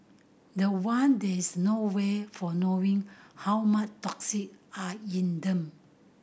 the one there is no way for knowing how much toxin are in them